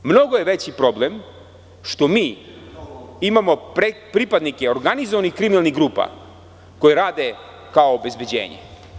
Mnogo je veći problem što mi imamo pripadnike organizovanih kriminalnih grupa koje rade kao obezbeđenje.